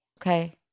Okay